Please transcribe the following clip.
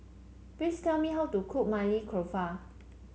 please tell me how to cook Maili Kofta